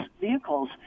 vehicles